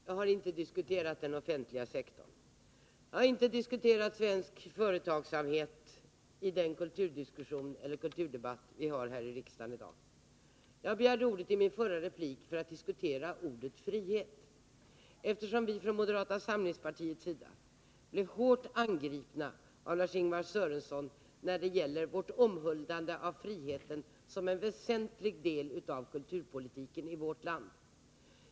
Herr talman! Jag har inte diskuterat den offentliga sektorn eller svensk företagsamhet i den kulturdebatt som vi i dag för här i riksdagen. I min förra replik begärde jag ordet för att diskutera ordet frihet, eftersom vi i moderata samlingspartiet blev hårt angripa av Lars-Ingvar Sörenson för vårt omhuldande av friheten som en väsentlig del av kulturpolitiken i vårt land.